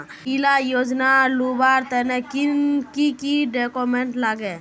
इला योजनार लुबार तने की की डॉक्यूमेंट लगे?